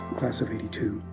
class of eighty two.